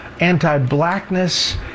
anti-blackness